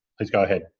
please go ahead.